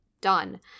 done